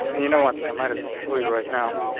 and you know what? i might as well show you right now.